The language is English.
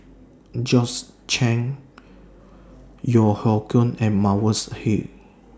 Georgette Chen Yeo Hoe Koon and Mavis Hee